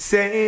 Say